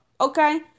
Okay